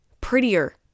prettier